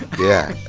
yeah,